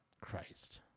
Christ